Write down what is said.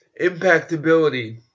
Impactability